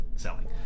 selling